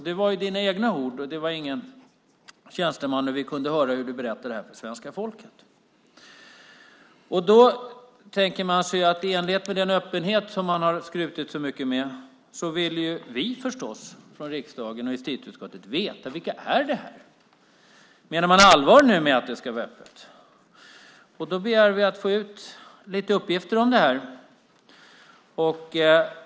Det var dina egna ord, det var ingen tjänsteman vi kunde höra berätta det här för svenska folket. I enlighet med den öppenhet som man har skrutit så mycket med vill vi förstås från justitieutskottet och riksdagen veta vilka det är. Menar man allvar med att det ska vara öppet? Då begär att vi få ut lite uppgifter om det här.